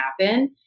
happen